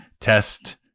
test